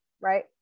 right